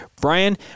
brian